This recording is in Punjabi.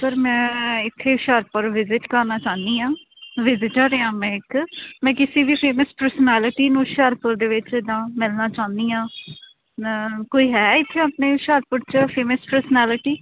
ਸਰ ਮੈਂ ਇੱਥੇ ਹੁਸ਼ਿਆਰਪੁਰ ਵਿਜ਼ਿਟ ਕਰਨਾ ਚਾਹੁੰਦੀ ਹਾਂ ਵਿਜਟਰ ਹਾਂ ਮੈਂ ਇੱਕ ਮੈਂ ਕਿਸੇ ਵੀ ਫੇਮਸ ਪਰਸਨੈਲਿਟੀ ਨੂੰ ਹੁਸ਼ਿਆਰਪੁਰ ਦੇ ਵਿੱਚ ਜਿੱਦਾਂ ਮਿਲਣਾ ਚਾਹੁੰਦੀ ਹਾਂ ਮੈਂ ਕੋਈ ਹੈ ਇੱਥੇ ਆਪਣੇ ਹੁਸ਼ਿਆਰਪੁਰ 'ਚ ਫੇਮਸ ਪਰਸਨੈਲਿਟੀ